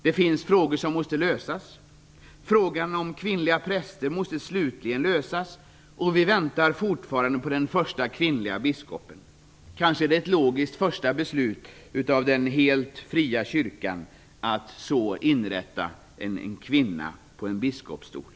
Det finns emellertid frågor som måste lösas. Frågan om kvinnliga präster måste slutligen lösas - vi väntar fortfarande på den första kvinnliga biskopen. Kanske vore det ett logiskt första beslut av den helt fria kyrkan att inrätta en kvinna på en biskopsstol.